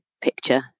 picture